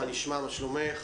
מה שלומך?